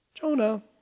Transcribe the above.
Jonah